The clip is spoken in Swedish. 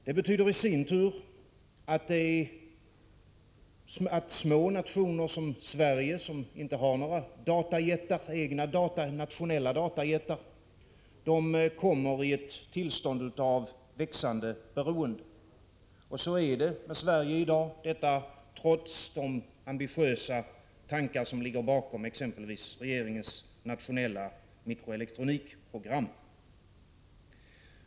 Det betyder i sin tur att små nationer som Sverige, som inte har några egna, nationella datajättar, kommer i ett tillstånd av växande beroende. Så är det med Sverige i dag — detta trots de ambitiösa tankar som ligger bakom exempelvis regeringens nationella mikroelektronikprogram.